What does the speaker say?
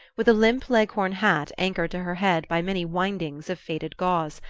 with a limp leghorn hat anchored to her head by many windings of faded gauze,